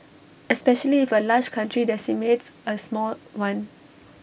especially if A large country decimates A small one